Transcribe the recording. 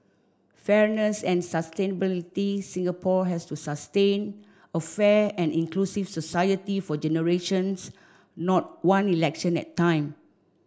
fairness and sustainability Singapore has to sustain a fair and inclusive society for generations not one election at time